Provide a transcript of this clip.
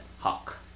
Hawk